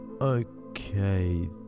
Okay